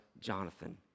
Jonathan